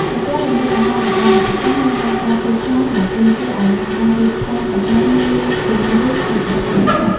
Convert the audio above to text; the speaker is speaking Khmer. ប្រព័ន្ធរំលាយអាហាររបស់មនុស្សចាស់មានការប្រែប្រួលខ្លាំង ដែលទាមទារឱ្យមានការរៀបចំ អាហារងាយរំលាយ ជាចាំបាច់បំផុត។